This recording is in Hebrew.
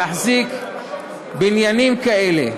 להחזיק בניינים כאלה,